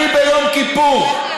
אני ביום כיפור,